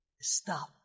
stop